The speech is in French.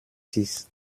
six